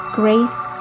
grace